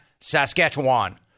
Saskatchewan